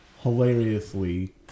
hilariously